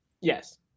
Yes